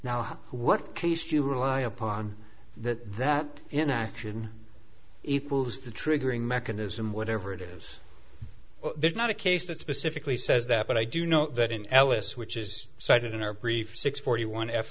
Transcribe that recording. now what do you rely upon that that in action equals the triggering mechanism whatever it is there's not a case that specifically says that but i do know that in ellis which is cited in our brief six forty one f